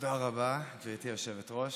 תודה רבה, גברתי היושבת-ראש.